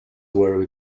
were